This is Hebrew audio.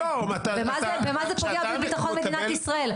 במה זה פוגע בביטחון מדינת ישראל?